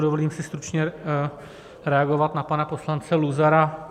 Dovolím si stručně reagovat na pana poslance Luzara.